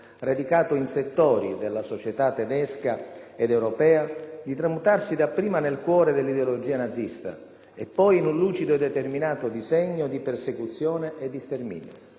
radicato in settori della società tedesca ed europea, di tramutarsi dapprima nel cuore dell'ideologia nazista, e poi in un lucido e determinato disegno di persecuzione e di sterminio,